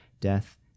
death